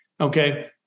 okay